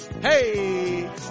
hey